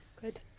Good